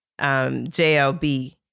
JLB